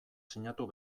sinatu